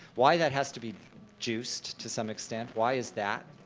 why that has to be juiced to some extent, why is that,